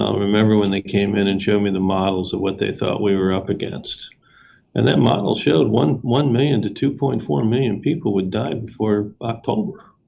um remember when they came in and showed the models of what they thought we were up against and that model showed one one million to two point four million people would die before october.